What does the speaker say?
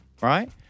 right